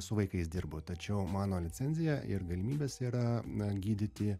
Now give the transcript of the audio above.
su vaikais dirbu tačiau mano licencija ir galimybės yra na gydyti